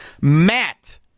Matt